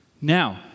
Now